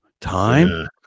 time